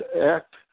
act